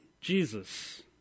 Jesus